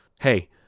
hey